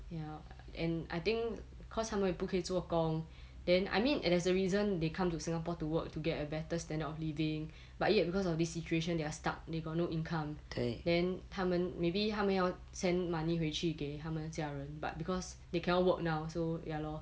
ya and I think cause 他们也不可以做工 then I mean it is a reason they come to singapore to work to get a better standard of living but yet because of this situation they're stuck they got no income then 他们 maybe 他们要 send money 回去给他们家人 but because they cannot work now so ya lor